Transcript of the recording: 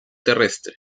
terrestre